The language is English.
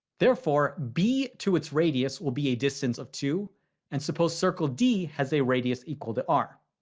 therefore, b to its radius will be a distance of two and suppose circle d has a radius equal to r.